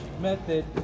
method